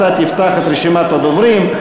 אתה תפתח את רשימת הדוברים.